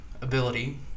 ability